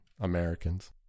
Americans